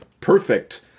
Perfect